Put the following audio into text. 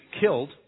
killed